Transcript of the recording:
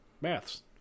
maths